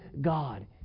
God